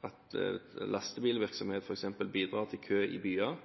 at lastebilvirksomhet f.eks. bidrar til kø i byer.